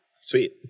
Sweet